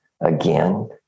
again